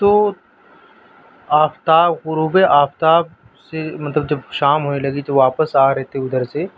تو آفتاب غروب آفتاب سے مطلب جب شام ہونے لگی تھی واپس آ رہے تھے ادھر سے